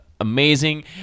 amazing